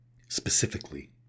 specifically